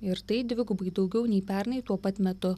ir tai dvigubai daugiau nei pernai tuo pat metu